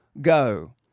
go